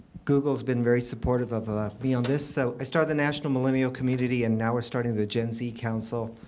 google has been very supportive of ah me on this. so i started the national millennial community, and now we're starting the gen z council.